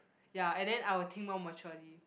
ya and then I will think more maturely